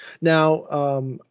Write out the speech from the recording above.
Now